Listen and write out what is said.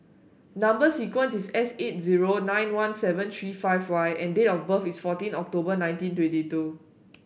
number sequence is S eight zero nine one seven three five Y and date of birth is fourteen October nineteen twenty two